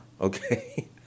okay